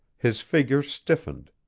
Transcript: his figure stiffened,